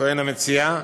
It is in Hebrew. טוען המציע,